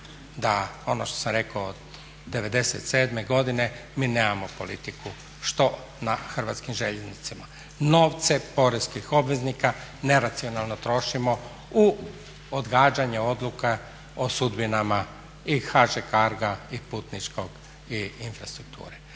da ono što sam rekao da od 97. godine mi nemamo politiku što na hrvatskim željeznicama, novce poreznih obveznika neracionalno trošimo u odgađanje odluka o sudbinama i HŽ CARGO-a i putničkog i infrastrukture.